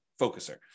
focuser